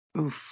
Oof